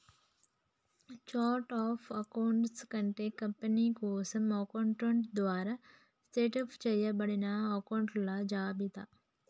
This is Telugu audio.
ఛార్ట్ ఆఫ్ అకౌంట్స్ అంటే కంపెనీ కోసం అకౌంటెంట్ ద్వారా సెటప్ చేయబడిన అకొంట్ల జాబితా